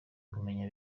kumenya